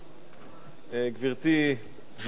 גברתי סגנית השר,